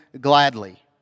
gladly